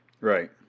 Right